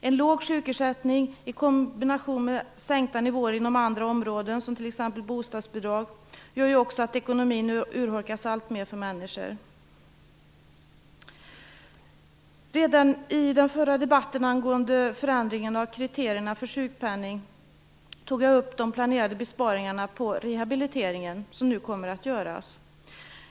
En låg sjukersättning i kombination med sänkta nivåer inom andra områden, t.ex. bostadsbidrag, gör också att ekonomin urholkas alltmer för människor. I den förra debatten angående förändringar i kriterier för sjukpenning tog vi upp de planerade besparingarna på rehabiliteringen som nu kommer att göras.